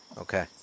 Okay